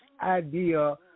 idea